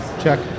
Check